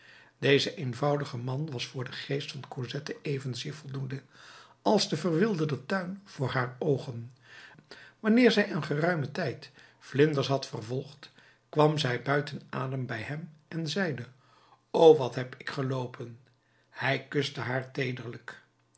deze eenvoudige man was voor den geest van cosette evenzeer voldoende als de verwilderde tuin voor haar oogen wanneer zij een geruime poos vlinders had vervolgd kwam zij buiten adem bij hem en zeide o wat heb ik geloopen hij kuste haar teederlijk